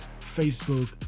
Facebook